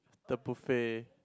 the buffet